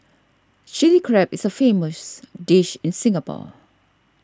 Chilli Crab is a famous dish in Singapore